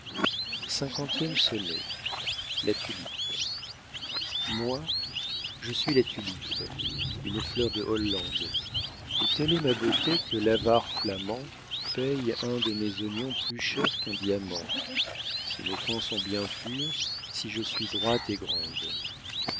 la tulipe moi je suis la tulipe une fleur de hollande et telle est ma beauté que l'avare flamand paye un de mes oignons plus cher qu'un diamant si mes fonds sont bien purs si je suis droite et grande